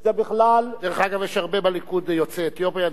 זה בכלל, דרך אגב, יש בליכוד הרבה יוצאי אתיופיה.